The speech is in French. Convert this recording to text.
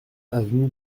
avenue